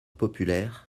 populaire